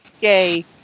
Yay